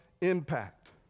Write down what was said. impact